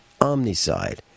omnicide